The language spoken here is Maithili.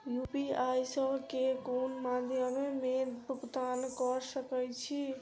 यु.पी.आई सऽ केँ कुन मध्यमे मे भुगतान कऽ सकय छी?